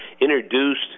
introduced